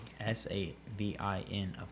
S-A-V-I-N